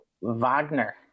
Wagner